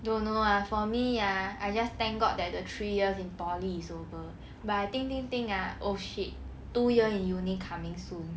don't know lah for me ah I just thank god that the three years in poly is over but I think think think ah oh shit two years in uni coming soon